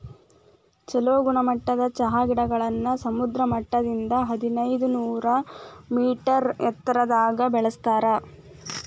ಚೊಲೋ ಗುಣಮಟ್ಟದ ಚಹಾ ಗಿಡಗಳನ್ನ ಸಮುದ್ರ ಮಟ್ಟದಿಂದ ಹದಿನೈದನೂರ ಮೇಟರ್ ಎತ್ತರದಾಗ ಬೆಳೆಸ್ತಾರ